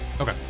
Okay